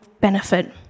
benefit